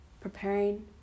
preparing